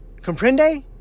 Comprende